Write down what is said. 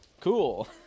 cool